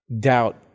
doubt